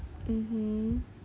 mmhmm